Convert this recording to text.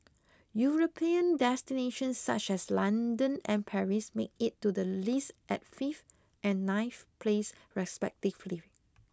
European destinations such as London and Paris made it to the list at fifth and ninth place respectively